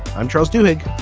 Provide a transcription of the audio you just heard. i'm charles duke.